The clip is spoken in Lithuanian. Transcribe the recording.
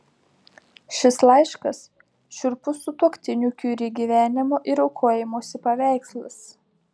šis laiškas šiurpus sutuoktinių kiuri gyvenimo ir aukojimosi paveikslas